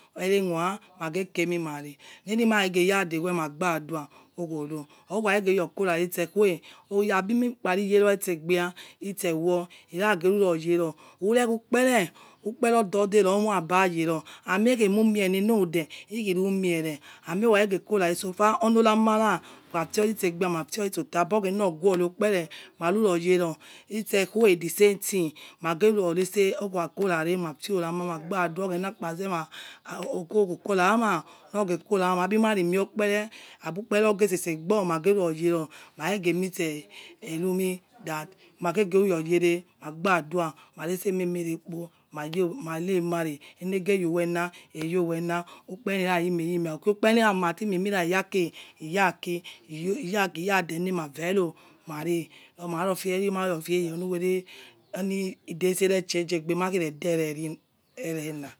Erekhua mage kere ami mare maghe deghe ma gba dua oghoro, oghore ghere kuara itse whe abici hikpa yele itse aigba itse orwo yere yo yere ure ukpere, ukpere odoge lomoi abai tero aime khy mie eyere aimie ogho kha da kora oe sofar oyorama ra ufio itse gbia ma fil itso ta obo ghoro ukpere mai khu yereo ikho khi the same thing ogho kha kora ma fiorama magbadua'a oghena aibo rogho kora aima loge kora aima aibe mare moi ukpe re aibu ukpere ghe itse itse aibo magi yo yere, mage ikhor yere magbadua'a mare maie ighe yo wena iyowena ukpere lira yime, lyime okho kici ukpere hya mati yaki iyaki iya dele'ma vare ero iyo ma refie yere oluwele in daya ahare change ya mai